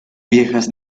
viejas